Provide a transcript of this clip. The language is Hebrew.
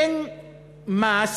אין מס